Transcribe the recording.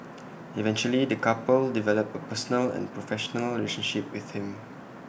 eventually the couple developed A personal and professional relationship with him